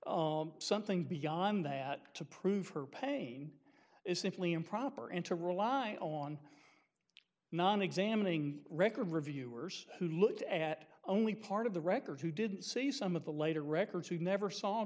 something beyond that to prove her pain is simply improper into rely on non examining record reviewers who looked at only part of the record who did see some of the later records who never s